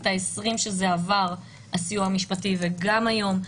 ה-20 כשזה עבר הסיוע המשפטי וגם היום,